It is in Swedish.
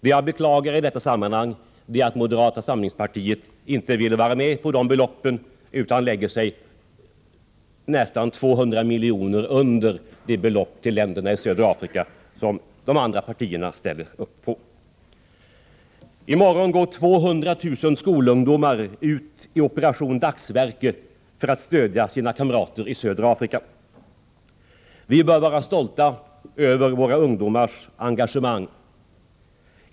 Det jag beklagar i detta sammanhang är att moderata samlingspartiet inte ville ställa sig bakom de belopp till länderna i södra Afrika som de andra partierna föreslagit utan lade sig nästan 200 miljoner under. I morgon går 200 000 skolungdomar ut i Operation dagsverke för att stödja sina kamrater i södra Afrika. Vi bör vara stolta över våra ungdomars engagemang.